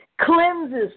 cleanses